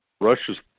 Russia's